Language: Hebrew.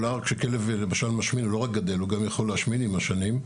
כלב לא רק גדל, הוא גם יכול להשמין עם השנים.